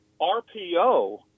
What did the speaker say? rpo